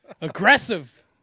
Aggressive